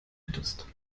hättest